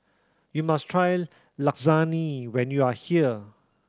you must try Lasagne when you are here